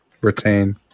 retain